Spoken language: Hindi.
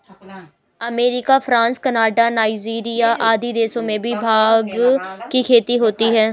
अमेरिका, फ्रांस, कनाडा, नाइजीरिया आदि देशों में भी भाँग की खेती होती है